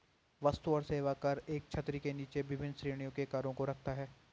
वस्तु और सेवा कर एक छतरी के नीचे विभिन्न श्रेणियों के करों को रखता है